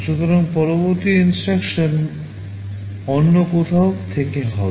সুতরাং পরবর্তী INSTRUCTION অন্য কোথাও থেকে হবে